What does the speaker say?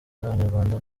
n’abanyarwanda